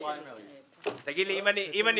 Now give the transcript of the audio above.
תגיד שאתה